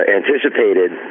anticipated